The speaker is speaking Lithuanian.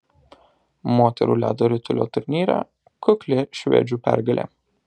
moterų ledo ritulio turnyre kukli švedžių pergalė